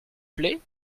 plait